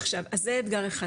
עכשיו אז זה אתגר אחד,